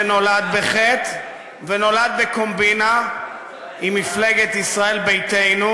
שנולד בחטא ונולד בקומבינה עם מפלגת ישראל ביתנו,